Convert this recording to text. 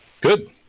Good